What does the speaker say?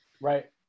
Right